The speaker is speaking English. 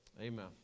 amen